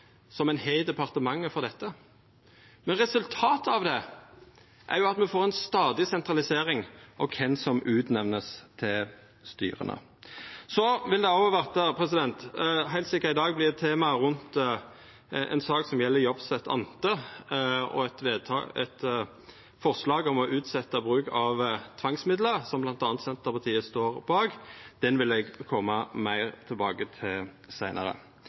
systema ein har i departementet for dette. Men resultatet av det er jo at me får ei stadig sentralisering av kven som vert utnemnde til styra. Så vil òg heilt sikkert ei sak som gjeld Jovsset Ánte og eit forslag om å utsetja bruken av tvangsmiddel, som bl.a. Senterpartiet står bak, verta eit tema i dag. Det vil eg koma meir tilbake til seinare.